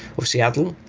of seattle.